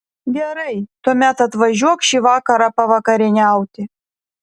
gerai tuomet atvažiuok šį vakarą pavakarieniauti